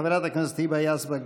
חברת הכנסת היבה יזבק,